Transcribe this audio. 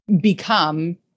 become